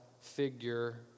figure